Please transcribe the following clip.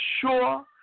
sure